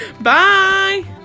Bye